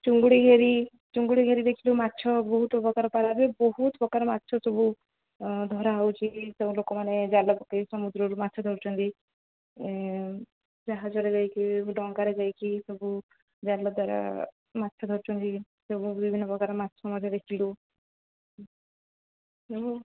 ଚୁଙ୍ଗୁଡ଼ି ଘେରି ଚୁଙ୍ଗୁଡ଼ି ଘେରି ଦେଖିଲୁ ମାଛ ବହୁତ ପ୍ରକାର ହୁଏ ବହୁତ ପ୍ରକାର ମାଛ ସବୁ ଧରା ହେଉଛି ସବୁ ଲୋକମାନେ ଜାଲ ପକେଇ ସମୁଦ୍ରରୁ ମାଛ ଧରୁଛନ୍ତି ଯାହାଜରେ ଯାଇକି ଡଙ୍ଗାରେ ଯାଇକି ସବୁ ଜାଲ ଦ୍ୱାରା ମାଛ ଧରୁଛନ୍ତି ବିଭିନ୍ନ ପ୍ରକାର ମାଛ ମଧ୍ୟ ଦେଖିଲୁ